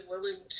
willing